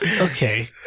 Okay